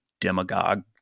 demagogue